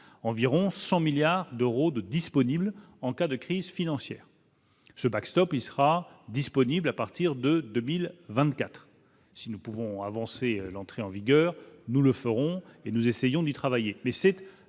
environ 100 milliards d'euros de disponible en cas de crise financière, ce backstop, il sera disponible à partir de 2024 si nous pouvons avancer l'entrée en vigueur, nous le ferons et nous essayons d'y travailler,